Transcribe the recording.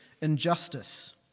injustice